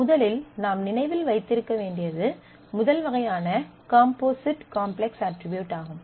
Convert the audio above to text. முதலில் நாம் நினைவில் வைத்திருக்க வேண்டியது முதல் வகையான காம்போசிட் காம்ப்ளக்ஸ் அட்ரிபியூட் ஆகும்